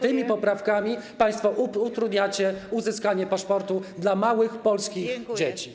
Tymi poprawkami państwo utrudniacie uzyskanie paszportu dla małych polskich dzieci.